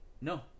no